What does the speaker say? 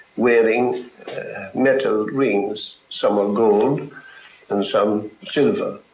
wearing metal rings. some are gold and some silver.